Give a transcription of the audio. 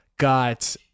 got